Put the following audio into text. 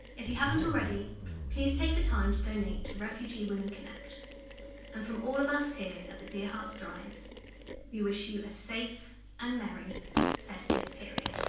if you haven't already please take the time to donate to refugee women connect, and from all of us here at the dear hearts drive we wish you a safe and merry festive period.